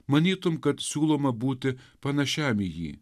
manytum kad siūloma būti panašiam į jį